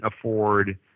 afford